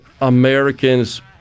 Americans